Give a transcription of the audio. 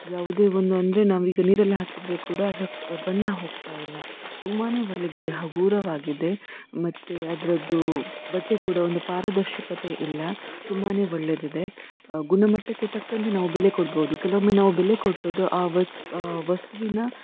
ಯಾವುದೇ ಒಂದು ಅಂದರೆ ನಾವೀಗ ನೀರಲ್ಲಿ ಹಾಕಿದರೆ ಕೂಡ ಅದರ ಬಣ್ಣ ಹೋಗ್ತಾ ಇಲ್ಲ ತುಂಬಾ ಒಳ್ಳೆದಿದೆ ಹಗುರವಾಗಿದೆ ಮತ್ತು ಅದರದ್ದು ಬಟ್ಟೆ ಕೂಡ ಒಂದು ಪಾರದರ್ಶಕತೆ ಇಲ್ಲ ತುಂಬಾ ಒಳ್ಳೆದಿದೆ ಗುಣಮಟ್ಟಕ್ಕೆ ತಕ್ಕಂತೆ ನಾವು ಬೆಲೆ ಕೊಡ್ಬೌದು ಕೆಲವೊಮ್ಮೆ ನಾವು ಬೆಲೆ ಕೊಟ್ಟದ್ದು ಆ ವಸ್ತುವಿನ